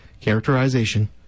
characterization